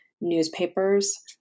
newspapers